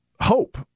hope